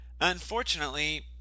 Unfortunately